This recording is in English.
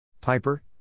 Piper